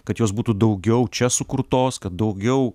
kad jos būtų daugiau čia sukurtos kad daugiau